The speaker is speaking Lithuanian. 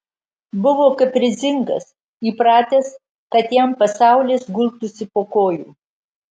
buvo kaprizingas įpratęs kad jam pasaulis gultųsi po kojų